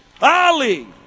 Ali